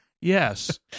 yes